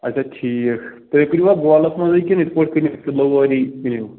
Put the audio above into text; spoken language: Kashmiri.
اَچھا ٹھیٖک تُہۍ کٕنوا گولَس منٛزٕے کِنہٕ یِتھٕ پٲٹھۍ کٕنِو کِلو وٲری کیٚنٛہہ